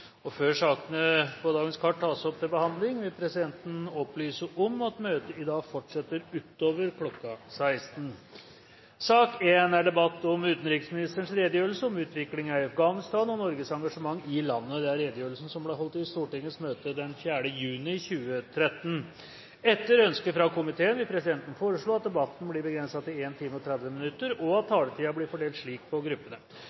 sete. Før sakene på dagens kart tas opp til behandling, vil presidenten opplyse om at møtet i dag fortsetter utover kl. 16. Etter ønske fra utenriks- og forsvarskomiteen vil presidenten foreslå at debatten blir begrenset til 1 time 30 minutter, og at taletiden blir fordelt slik på gruppene: